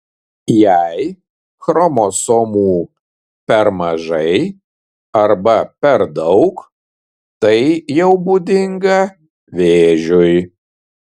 jei chromosomų per mažai arba per daug tai jau būdinga vėžiui